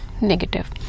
negative